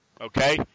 Okay